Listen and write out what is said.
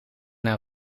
naar